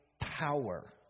power